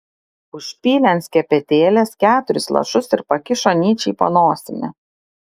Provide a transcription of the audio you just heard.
užpylė ant skepetėlės keturis lašus ir pakišo nyčei po nosimi